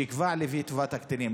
שיקבע לפי טובת הקטינים.